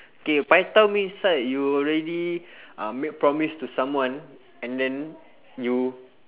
K pai tao means right you already make uh promise to someone and then you